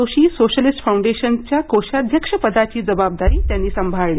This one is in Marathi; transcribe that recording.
जोशी सोशलिस्ट फाउंडेशनच्या कोषाध्यक्ष पदाची जबाबदारी त्यांनी सांभाळली